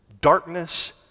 Darkness